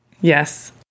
Yes